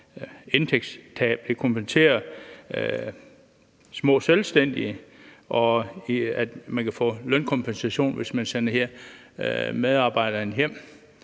indtægtstab, små selvstændige kompenseres, og man kan få lønkompensation, hvis man sender medarbejdere hjem,